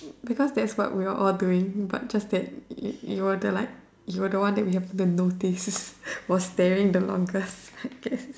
because that's what we were all doing but just that you you were the like you were the one that haven't notice was staring the longest I guess